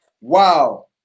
Wow